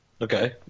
Okay